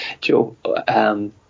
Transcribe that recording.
Joe